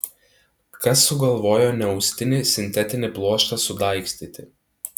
kas sugalvojo neaustinį sintetinį pluoštą sudaigstyti